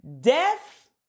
Death